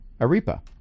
Arepa